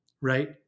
right